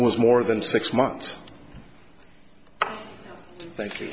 was more than six months thank you